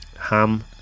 ham